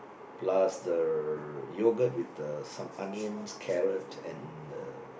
plus the yogurt with the some onion carrot and uh